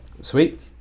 sweet